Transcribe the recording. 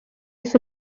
wyth